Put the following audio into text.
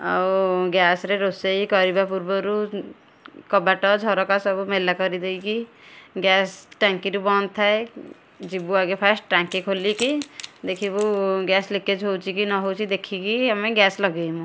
ଆଉ ଗ୍ୟାସ୍ରେ ରୋଷେଇ କରିବା ପୂର୍ବରୁ କବାଟ ଝରକା ସବୁ ମେଲା କରି ଦେଇକି ଗ୍ୟାସ୍ ଟାଙ୍କି ବନ୍ଦ ଥାଏ ଯିବୁ ଆଗେ ଫାର୍ଷ୍ଟ୍ ଟାଙ୍କି ଖୋଲିକି ଦେଖିବୁ ଗ୍ୟାସ୍ ଲିକେଜ୍ ହେଉଛି କି ନ ହେଉଛି ଦେଖିକି ଆମେ ଗ୍ୟାସ୍ ଲଗେଇମୁଁ